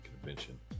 convention